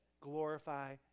glorify